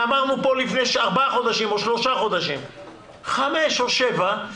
ואמרנו פה לפני שלושה חודשים חמש או שבע תקנות,